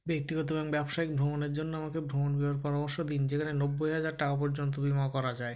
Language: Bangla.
ব্যক্তিগত এবং ব্যবসায়িক ভ্রমণের জন্য আমাকে ভ্রমণ বিমার পরামর্শ দিন যেখানে নব্বই হাজার টাকা পর্যন্ত বিমা করা যায়